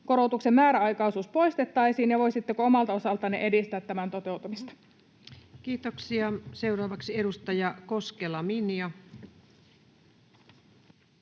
korotuksen määräaikaisuus poistettaisiin, ja voisitteko omalta osaltanne edistää tämän toteutumista? Kiitoksia. — Seuraavaksi edustaja Koskela, Minja.